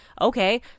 okay